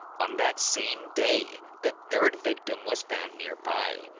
on that same day, the third victim was found nearby.